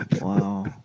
wow